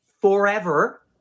forever